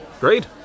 Great